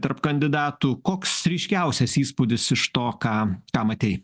tarp kandidatų koks ryškiausias įspūdis iš to ką ką matei